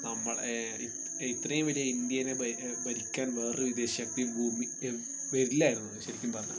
നമ്മളെ ഈ ഇത്രയും വലിയ ഇന്ത്യനെ ഭരിക്കാൻ വേറെ ഒരു വിദേശ ശക്തി ഭൂമി വരില്ലായിരുന്നു ശരിക്കും പറഞ്ഞാൽ